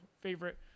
favorite